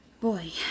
Boy